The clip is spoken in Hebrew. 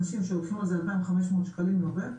אנשים שלוקחים על זה אלפיים חמש מאות שקלים לעובד,